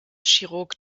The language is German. chirurg